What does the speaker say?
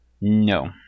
No